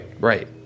Right